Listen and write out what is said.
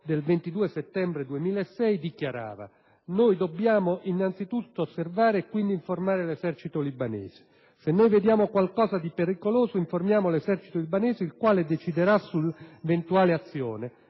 del 22 settembre 2006: «Noi dobbiamo innanzitutto osservare e quindi informare l'esercito libanese. Se noi vediamo qualcosa di pericoloso, informiamo l'esercito libanese il quale deciderà sull'eventuale azione,